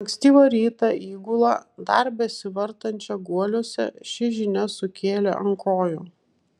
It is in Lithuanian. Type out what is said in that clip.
ankstyvą rytą įgulą dar besivartančią guoliuose ši žinia sukėlė ant kojų